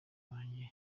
wanjye